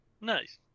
Nice